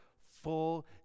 full